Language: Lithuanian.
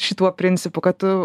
šituo principu kad tu